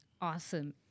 Awesome